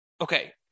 okay